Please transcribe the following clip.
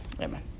amen